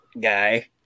guy